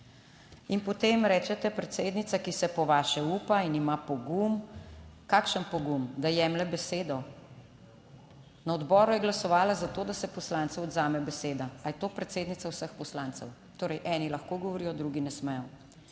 In potem rečete, predsednica, ki se po vaše upa in ima pogum. Kakšen pogum? Da jemlje besedo. Na odboru je glasovala za to, da se poslancu odvzame beseda ali je to predsednica vseh poslancev. Torej, eni lahko govorijo, drugi ne smejo.